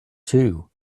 too